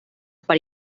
per